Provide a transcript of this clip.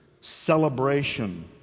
celebration